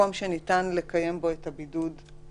מקום שניתן לקיים בו את הבידוד בישראל..